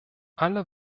alle